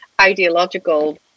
ideological